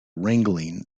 wrangling